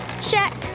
Check